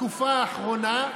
בתקופה האחרונה,